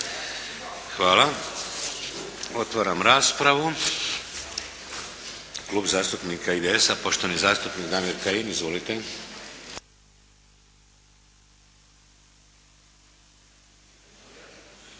Hvala. Otvaram raspravu. Klub zastupnika IDS-a, poštovani zastupnik Damir Kajin. Izvolite.